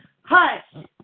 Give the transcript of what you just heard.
Hush